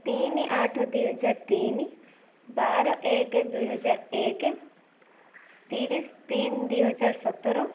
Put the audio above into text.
ତିନି ଆଠ ଦୁଇ ହଜାର ତିନି ବାର ଏକ ଦୁଇ ହଜାର ଏକ ତିରିଶ ତିନ ଦୁଇ ହଜାର ସତର